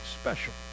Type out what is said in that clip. special